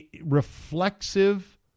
reflexive